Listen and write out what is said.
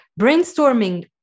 Brainstorming